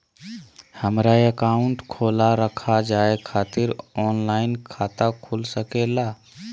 हमारा अकाउंट खोला रखा जाए खातिर ऑनलाइन खाता खुल सके ला?